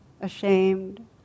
ashamed